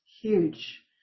huge